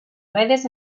redes